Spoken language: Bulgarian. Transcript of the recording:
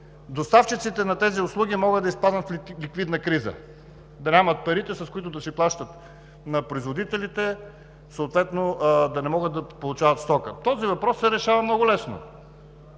доставчиците на тези услуги могат да изпаднат в ликвидна криза, да нямат парите, с които да си плащат на производителите, съответно да не могат да получават стока. Този въпрос се решава много лесно